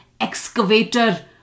excavator